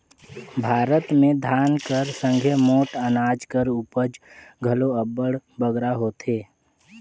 भारत में धान कर संघे मोट अनाज कर उपज घलो अब्बड़ बगरा होथे